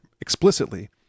explicitly